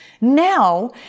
Now